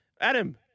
Adam